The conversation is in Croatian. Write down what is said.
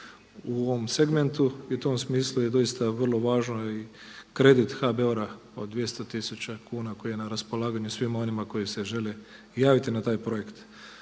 u ovom segmentu i u tom smislu je doista vrlo važno i kredit HBOR-a od 200 tisuća kuna koji je na raspolaganju svima onima koji se žele javiti na taj projekt.